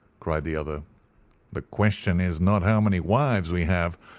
cried the other the question is not how many wives we have,